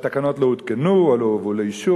שהתקנות לא הותקנו או לא הובאו לאישור,